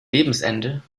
lebensende